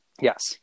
Yes